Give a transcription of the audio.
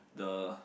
the